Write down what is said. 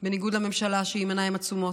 בניגוד לממשלה, שהיא עם עיניים עצומות.